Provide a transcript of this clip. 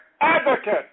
advocate